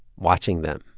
watching them.